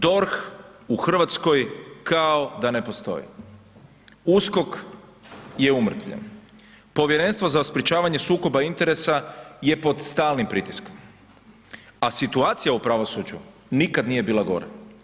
DORH u Hrvatskoj kao da ne postoji, USKOK je umrtvljen, Povjerenstvo za sprječavanje sukoba interesa je pod stalnim pritiskom, a situacija u pravosuđu nikad nije bila gora.